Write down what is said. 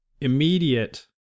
immediate